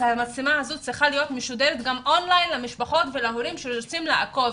המצלמה הזו צריכה להיות משודרת און ליין למשפחות ולהורים שרוצים לעקוב.